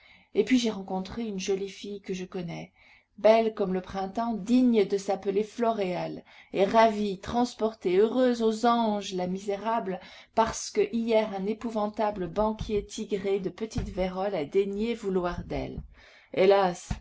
et puis j'ai rencontré une jolie fille que je connais belle comme le printemps digne de s'appeler floréal et ravie transportée heureuse aux anges la misérable parce que hier un épouvantable banquier tigré de petite vérole a daigné vouloir d'elle hélas